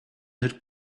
had